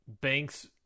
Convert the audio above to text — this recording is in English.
Banks